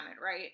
right